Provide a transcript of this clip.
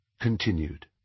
Continued